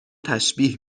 تشبیه